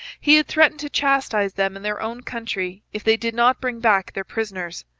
he had threatened to chastise them in their own country if they did not bring back their prisoners.